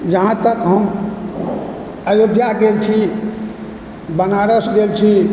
जहाँ तक हम अयोध्या गेल छी बनारस गेल छी